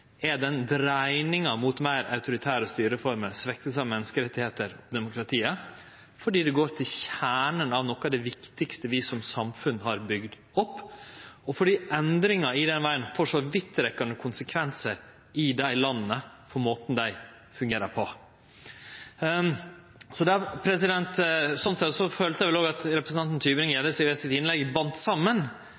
i den vestlege verda, er den dreiinga mot meir autoritære styreformer, svekking av menneskerettar og demokrati fordi det går til kjernen av noko av det viktigaste vi som samfunn har bygd opp, og fordi endringar den vegen får så vidtrekkjande konsekvensar i dei landa for måten dei fungerer på. Slik sett følte eg at representanten Tybring-Gjedde i sitt innlegg batt saman